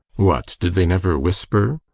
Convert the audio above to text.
what, did they never whisper?